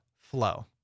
Flow